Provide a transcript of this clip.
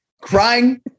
crying